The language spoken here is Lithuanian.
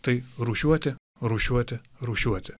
tai rūšiuoti rūšiuoti rūšiuoti